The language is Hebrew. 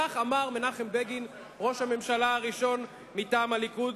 כך אמר מנחם בגין, ראש הממשלה הראשון מטעם הליכוד.